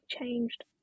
changed